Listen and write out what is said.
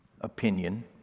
opinion